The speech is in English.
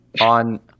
on